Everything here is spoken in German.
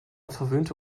verwöhnte